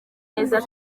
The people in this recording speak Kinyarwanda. neza